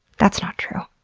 that's not true.